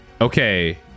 Okay